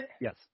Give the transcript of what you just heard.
yes